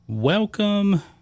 Welcome